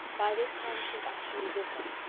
by this time she is actually with them!